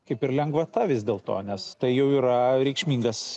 kaip ir lengvata vis dėlto nes tai jau yra reikšmingas